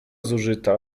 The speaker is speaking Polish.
zużyta